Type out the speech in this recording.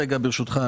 ברשותך,